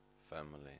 family